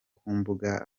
kumubaga